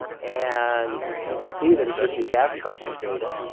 and you can see that it gives you gas constant data.